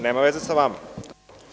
Nema veze sa vama.